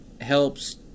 helps